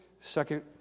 Second